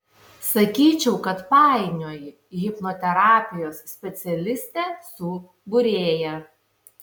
sakyčiau kad painioji hipnoterapijos specialistę su būrėja